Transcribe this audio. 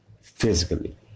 physically